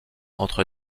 entre